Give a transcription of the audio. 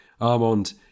Armand